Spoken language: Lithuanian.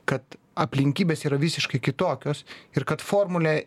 kad aplinkybės yra visiškai kitokios ir kad formulė